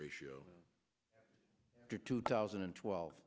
ratio or two thousand and twelve